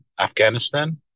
Afghanistan